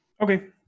Okay